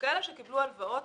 אלה שקיבלו הלוואות,